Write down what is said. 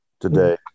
today